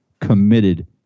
committed